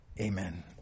Amen